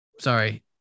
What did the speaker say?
Sorry